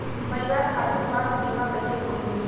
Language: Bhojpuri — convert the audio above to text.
परिवार खातिर स्वास्थ्य बीमा कैसे होई?